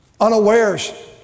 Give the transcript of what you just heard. unawares